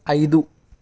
ఐదు